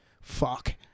Fuck